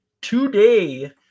today